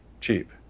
cheap